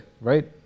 Right